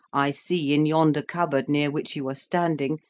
i see in yonder cupboard near which you are standing,